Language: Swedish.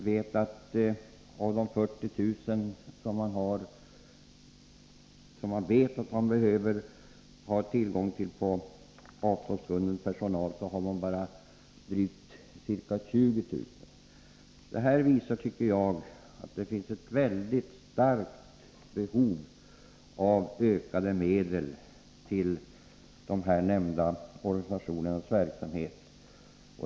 Organisationerna behöver ha tillgång till 40000 personer i form av avtalsbunden personal, men har bara drygt 20000. Detta visar att det finns ett mycket starkt behov av ökade medel till de här nämnda organisationernas verksamhet.